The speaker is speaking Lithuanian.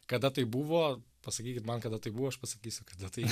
kada tai buvo pasakykit man kada tai buvo aš pasakysiu kada tai